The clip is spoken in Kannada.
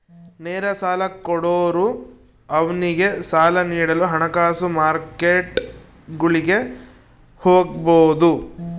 ನೇರ ಸಾಲ ಕೊಡೋರು ಅವ್ನಿಗೆ ಸಾಲ ನೀಡಲು ಹಣಕಾಸು ಮಾರ್ಕೆಟ್ಗುಳಿಗೆ ಹೋಗಬೊದು